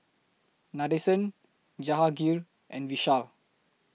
Nadesan Jahangir and Vishal